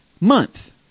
month